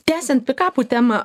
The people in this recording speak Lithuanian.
tęsiant pikapų temą